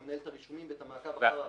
הוא מנהל את הרישומים והמעקב אחר ההכשרות שלהם.